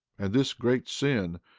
and this great sin,